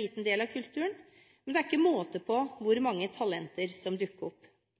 liten del av kulturen. Det er ikke måte på hvor mange talenter som dukker opp.